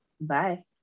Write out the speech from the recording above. Bye